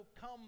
come